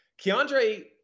Keandre